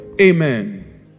Amen